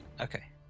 Okay